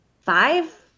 five